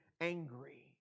angry